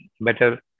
better